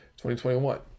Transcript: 2021